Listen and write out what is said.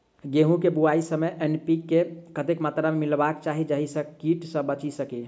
गेंहूँ केँ बुआई समय एन.पी.के कतेक मात्रा मे मिलायबाक चाहि जाहि सँ कीट सँ बचि सकी?